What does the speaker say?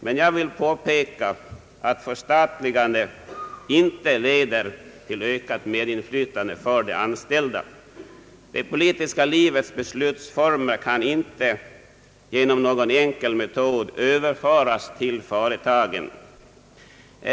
Men jag vill påpeka, att förstatligandet inte leder till ökat merinflytande för de anställda. Det politiska livets beslutsformer kan inte genom någon enkel metod överföras till företagen.